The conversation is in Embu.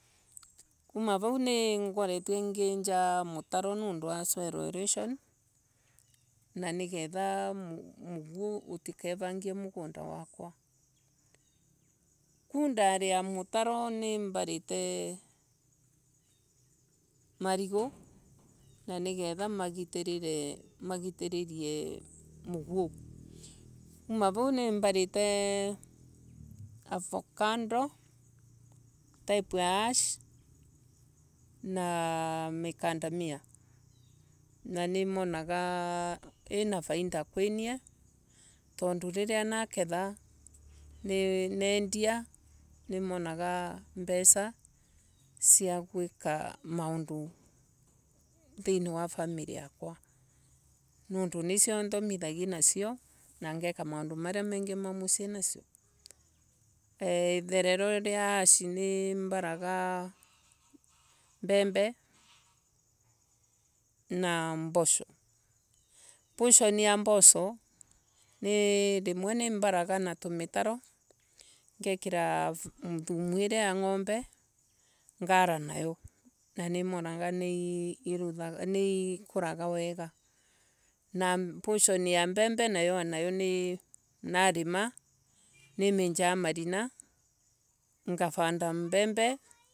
Kuma vau ningiretwe nginda mutaro niundu wa soil erosion. Na ngetha muguo utikesangie mugunda wakwa kuu ndari ya mutaro nimbarite marigu na nigetha magitiririe moguo. Kuma vau nimbarite avokando. type ya asu naa micadamia. Na nimonaga mbesa sia guika maundu nundu nisio thoamsgithia nasio nangeka maundu maria mengi ma musii nasio eeh. itherero ria ash nimbaraga mbembe na mboso poshon ya mboso rimwe nimbaraga na mitaro. ngekiru thumu iria ya ngombe ngara nayo na nimonaga niikura wega na poshon ya mbembe nayo nindimaga nginja marima ngavanda mbembe.